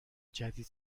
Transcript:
جدید